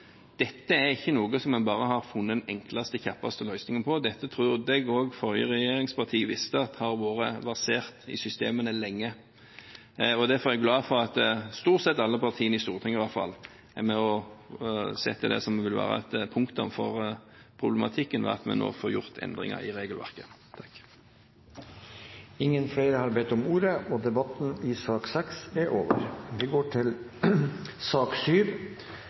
er ikke noe som en bare har funnet den enkleste og kjappeste løsningen på. Jeg trodde også de forrige regjeringspartiene visste at dette hadde versert i systemene lenge, og derfor er jeg glad for at stort sett alle partiene i Stortinget er med og setter det som vil være et punktum for problematikken, og at vi nå får gjort endringer i regelverket. Flere har ikke bedt om ordet til sak nr. 6. Etter ønske fra kommunal- og forvaltningskomiteen vil presidenten foreslå at taletiden blir begrenset til